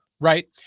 Right